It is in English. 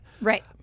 Right